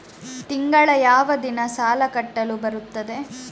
ತಿಂಗಳ ಯಾವ ದಿನ ಸಾಲ ಕಟ್ಟಲು ಬರುತ್ತದೆ?